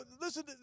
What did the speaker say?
listen